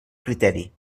criteri